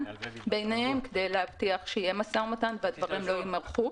ביניהם כדי להבטיח שיהיה משא ומתן והדברים לא יימרחו.